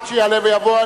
עד שיעלה ויבוא,